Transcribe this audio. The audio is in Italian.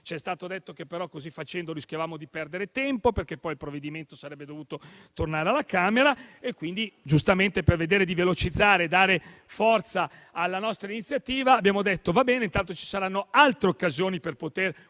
ci è stato detto che così facendo rischiavamo di perdere tempo, perché poi il provvedimento sarebbe dovuto tornare alla Camera e quindi, giustamente, per velocizzare e dare forza alla nostra iniziativa, abbiamo detto che andava bene, tanto ci saranno altre occasioni per poter